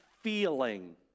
feeling